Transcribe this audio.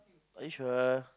are you sure